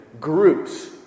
groups